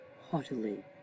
haughtily